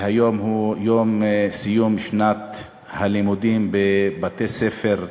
והיום הוא יום סיום שנת הלימודים בבתי-הספר היסודיים.